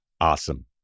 Awesome